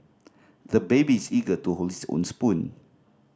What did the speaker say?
the baby is eager to hold his own spoon